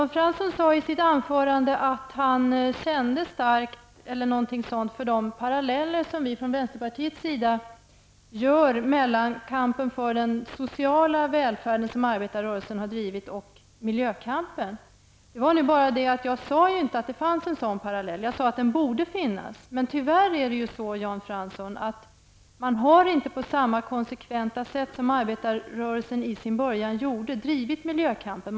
Jan Fransson sade i sitt anförande att han kände starkt för, eller någonting liknande, den parallell som vi i vänsterpartiet gör mellan den kampför social välfärd som arbetarrörelsen har drivit och miljökampen. Det är nu bara det att jag inte sade att det fanns en sådan parallell, jag sade att den borde finnas. Men tyvärr har man inte, Jan Fransson, på samma konsekventa sätt som arbetarrörelsen gjorde i sin början drivit miljökampen.